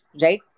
right